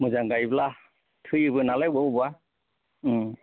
मोजां गाइब्ला थैयोबो नालाय अबेबा अबेबा